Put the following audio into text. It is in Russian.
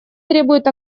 требует